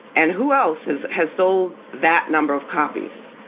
and who else has has sold that number of copies,